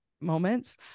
moments